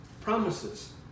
promises